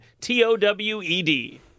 T-O-W-E-D